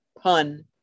pun